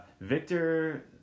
Victor